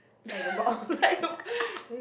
tiger moths